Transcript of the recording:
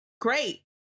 great